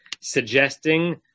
suggesting